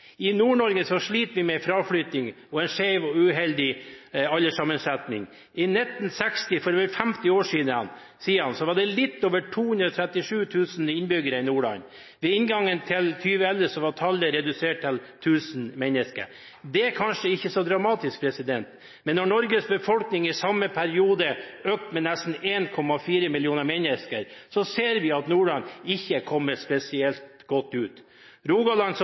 sliter vi med fraflytting og en skeiv og uheldig alderssammensetning. I 1960, for 50 år siden, var det litt over 237 000 innbyggere i Nordland. Ved inngangen til 2011 var tallet redusert med 1 000. Det er kanskje ikke så dramatisk, men når Norges befolkning i samme periode økte med nesten 1,4 millioner mennesker, ser vi at Nordland ikke kommer spesielt godt ut. Rogaland, som